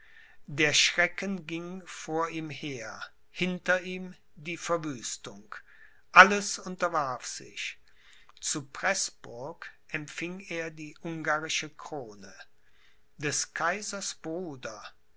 der schrecken ging vor ihm her hinter ihm die verwüstung alles unterwarf sich zu preßburg empfing er die ungarische krone des kaisers